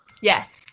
Yes